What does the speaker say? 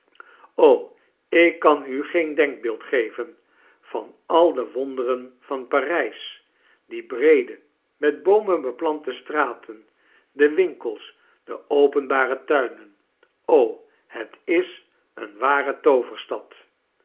ik kan u geen denkbeeld geven van al de wonderen van p a r tj s die breede met boomen beplante straten de winkels de openbare tuinen het is eene ware tooverstad